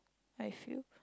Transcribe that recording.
I feel